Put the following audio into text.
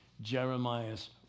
Jeremiah's